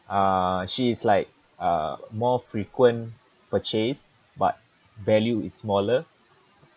uh she is like a more frequent purchase but value is smaller